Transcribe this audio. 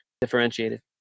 differentiated